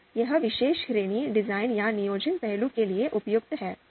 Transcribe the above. तो यह विशेष श्रेणी डिजाइन या नियोजन पहलू के लिए उपयुक्त है